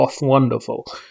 Wonderful